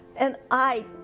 and i,